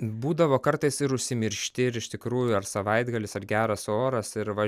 būdavo kartais ir užsimiršti ir iš tikrųjų ar savaitgalis ar geras oras ir va